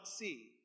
see